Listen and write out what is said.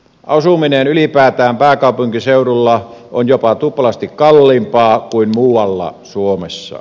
asuminen ylipäätään pääkaupunkiseudulla on jopa tuplasti kalliimpaa kuin muualla suomessa